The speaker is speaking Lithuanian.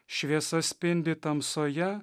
šviesa spindi tamsoje